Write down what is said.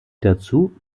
dazu